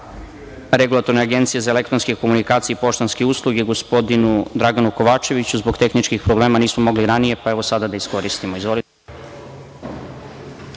Regulatorne agencije za elektronske komunikacije i poštanske usluge, gospodinu Draganu Kovačeviću. Zbog tehničkih problema nismo mogli ranije, pa evo sada da iskoristimo.